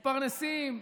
מתפרנסים,